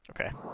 Okay